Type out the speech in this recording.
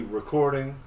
recording